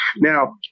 Now